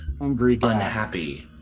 Unhappy